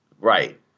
Right